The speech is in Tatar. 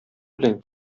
белән